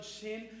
sin